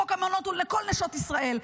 חוק המעונות הוא לכל נשות ישראל,